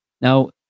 Now